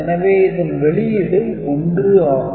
எனவே இதன் வெளியீடு 1 ஆகும்